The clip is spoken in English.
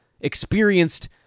experienced